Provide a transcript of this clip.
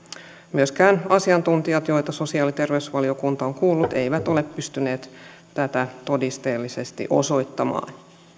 myöskään asiantuntijat joita sosiaali ja terveysvaliokunta on kuullut eivät ole pystyneet tätä todistetusti osoittamaan